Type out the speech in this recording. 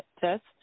test